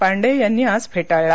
पांडे यांनी आज फेटाळला